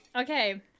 Okay